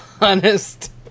honest